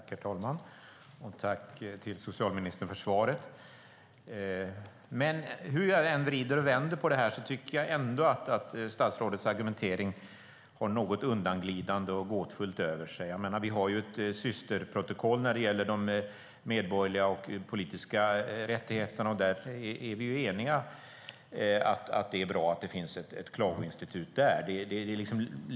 Herr talman! Jag tackar socialministern för det svaret. Hur jag än vrider och vänder på detta tycker jag att statsrådets argumentering har något undanglidande och gåtfullt över sig. Vi har ett systerprotokoll när det gäller de medborgerliga och politiska rättigheterna, och där är vi eniga om att det är bra att det finns ett klagoinstitut.